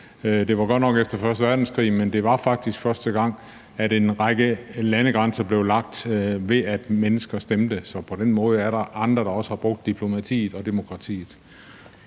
Det var godt nok efter første verdenskrig, men det var faktisk første gang, at en række landegrænser blev lagt, ved at mennesker stemte. Så på den måde er der andre, der også har brugt diplomatiet og demokratiet.